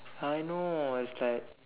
I know it's like